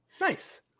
Nice